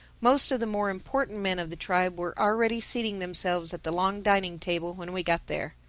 most of the more important men of the tribe were already seating themselves at the long dining-table when we got there.